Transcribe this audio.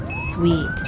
sweet